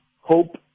hope